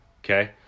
okay